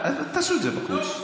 תעשו את זה בחוץ,